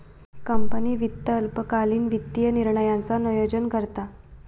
company वित्त अल्पकालीन वित्तीय निर्णयांचा नोयोजन करता